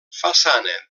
façana